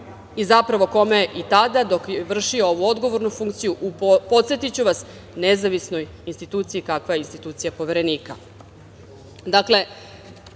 i, zapravo, kome je i tada, dok je vršio ovu odgovornu funkciju u, podsetiću vas, nezavisnoj instituciji, kakva je institucija Poverenika. Dakle,